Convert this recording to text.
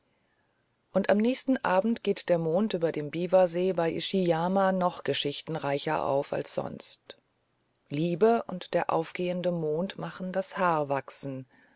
und am nächsten abend geht der mond über dem biwasee bei ishiyama noch geschichtenreicher auf als sonst liebe und der aufgehende mond machen das haar wachsen